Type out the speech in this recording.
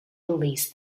released